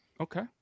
okay